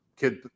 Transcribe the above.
kid